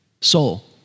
Soul